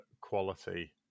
quality